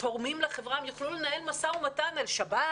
תורמים לחברה, הם יוכלו לנהל משא ומתן על שבת,